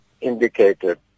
indicated